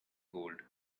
gold